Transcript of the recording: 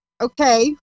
okay